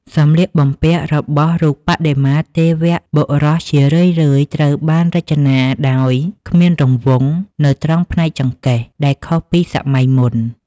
សម្លៀកបំពាក់របស់រូបបដិមាទេវៈបុរសជារឿយៗត្រូវបានរចនាដោយ គ្មានរង្វង់ នៅត្រង់ផ្នែកចង្កេះ ដែលខុសពីសម័យមុន។